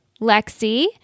Lexi